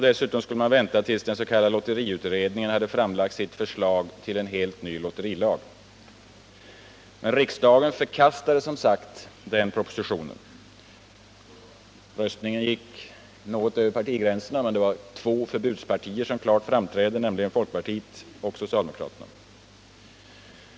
Dessutom skulle man vänta tills den s.k. lotteriutredningen hade framlagt sitt förslag till en helt ny lotterilag. Men riksdagen förkastade som sagt den propositionen. Röstningen gick något över partigränserna, men det var två förbudspartier som klart framträdde, nämligen folkpartiet och socialdemokraterna.